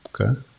Okay